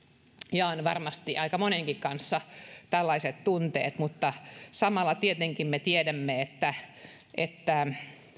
jaan varmasti aika monenkin kanssa tällaiset tunteet mutta samalla tietenkin me tiedämme että